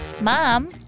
mom